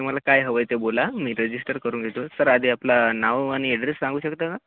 तुम्हाला काय हवं आहे ते बोला मी रजिस्टर करून घेतो सर आधी आपला नाव आणि ॲड्रेस सांगू शकता का